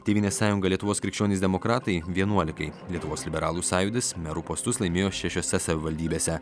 tėvynės sąjunga lietuvos krikščionys demokratai vienuolikai lietuvos liberalų sąjūdis merų postus laimėjo šešiose savivaldybėse